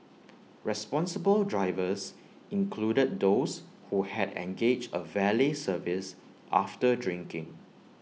responsible drivers included those who had engaged A valet service after drinking